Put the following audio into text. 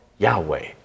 Yahweh